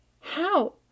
How